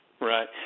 Right